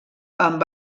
amb